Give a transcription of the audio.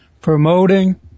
promoting